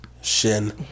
Shin